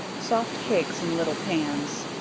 soft cakes in little pans.